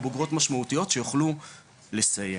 או בוגרות משמעותיות שיוכלו לסייע.